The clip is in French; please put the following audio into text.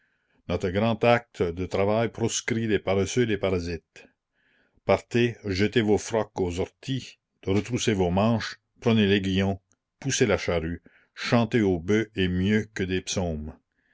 notre grand acte de travail proscrit les paresseux et les parasites partez jetez vos frocs aux orties retroussez vos manches prenez l'aiguillon poussez la charrue chanter aux bœufs est mieux que des psaumes